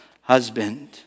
husband